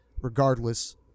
regardless